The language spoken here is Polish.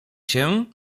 się